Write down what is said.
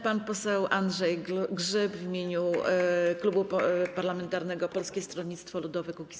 Pan poseł Andrzej Grzyb w imieniu klubu parlamentarnego Polskie Stronnictwo Ludowe - Kukiz15.